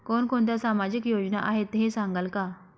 कोणकोणत्या सामाजिक योजना आहेत हे सांगाल का?